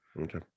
Okay